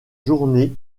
journées